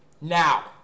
Now